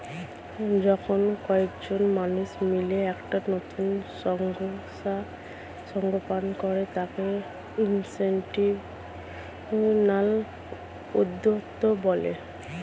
যখন কয়েকজন মানুষ মিলে একটা নতুন সংস্থা স্থাপন করে তাকে ইনস্টিটিউশনাল উদ্যোক্তা বলে